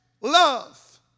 love